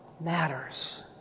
matters